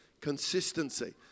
consistency